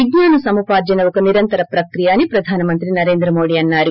విజ్ఞాన సముపార్హన ఒక నిరంతర ప్రక్రియ అని ప్రధానమంత్రి నరేంద్ర మోడీ అస్పారు